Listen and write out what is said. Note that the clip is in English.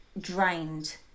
drained